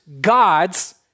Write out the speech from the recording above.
God's